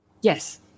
Yes